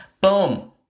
boom